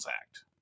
act